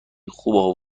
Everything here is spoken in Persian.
خوب